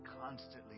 constantly